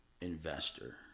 investor